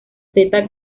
zeta